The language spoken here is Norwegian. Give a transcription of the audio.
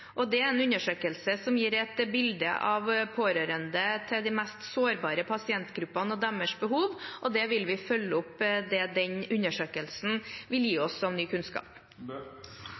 Det er en undersøkelse som gir et bilde av pårørende til de mest sårbare pasientgruppene og deres behov, og vi vil følge opp det den undersøkelsen vil gi oss av ny kunnskap.